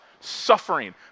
suffering